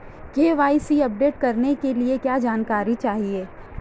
KYC update करने के लिए क्या जानकारी चाहिए?